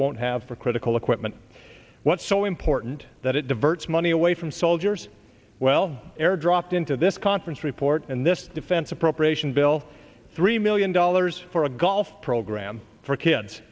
won't have for critical equipment what so important that it diverts money away from soldiers well airdropped into this conference report and this defense appropriation bill three million dollars for a golf program for kids